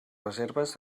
reserves